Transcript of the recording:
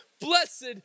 blessed